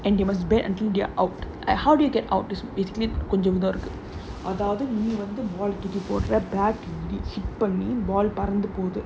and they must bear until they're out like how do you get out is basically கொஞ்சந்தா இருக்கு அதாவுது நீ வந்து:konjanthaa irukku athaavuthu nee vanthu ball தூக்கி போடுற:thooki podura bat shift பண்ணி:panni ball பறந்து போது:paranthu pothu